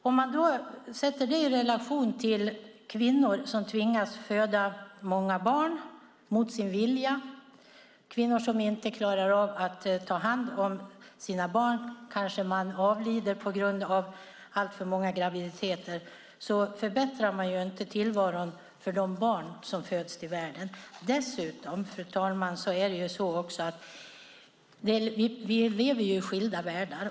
Om man sätter det i relation till kvinnor som tvingas föda många barn mot sin vilja, kvinnor som inte klarar av att ta hand om sina barn och kvinnor som kanske avlider på grund av alltför många graviditeter förbättrar man inte tillvaron för de barn som föds till världen. Dessutom, fru talman, lever vi i skilda världar.